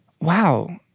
wow